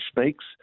speaks